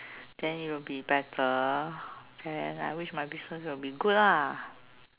then it will be better then I wish my business will be good lah